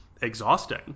exhausting